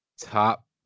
top